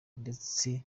ndetse